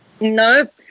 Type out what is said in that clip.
Nope